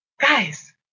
Guys